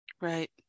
Right